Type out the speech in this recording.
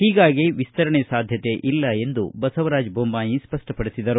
ಹೀಗಾಗಿ ವಿಸ್ತರಣೆ ಸಾಧ್ಯತೆ ಇಲ್ಲ ಎಂದು ಬಸವರಾಜ ಬೊಮ್ಮಾಯಿ ಸ್ಪಷ್ಟಪಡಿಸಿದರು